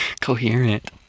coherent